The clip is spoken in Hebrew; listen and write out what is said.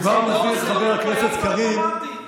הטייס האוטומטי.